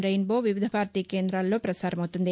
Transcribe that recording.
rainbow Vividh Bharati కేంద్రాలలో ప్రసారమౌతుంది